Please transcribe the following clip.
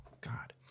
God